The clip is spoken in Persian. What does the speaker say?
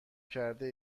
کرده